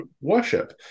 worship